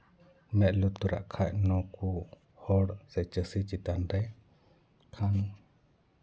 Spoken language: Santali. ᱢᱮᱫ ᱞᱩᱛᱩᱨᱟᱜ ᱠᱷᱟᱡ ᱱᱩᱠᱩ ᱦᱚᱲ ᱥᱮ ᱪᱟᱹᱥᱤ ᱪᱮᱛᱟᱱ ᱨᱮ ᱠᱷᱟᱱ